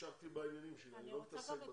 המשכתי בעניינים שלי, אני לא מתעסק בדברים האלה.